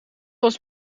was